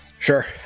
Sure